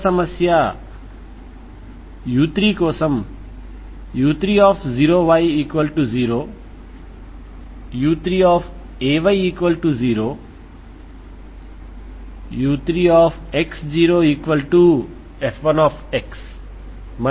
ఉప సమస్య u3 కోసం u30y0 u3ay0 u3x0f1 మరియు u3xb0